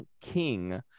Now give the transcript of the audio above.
King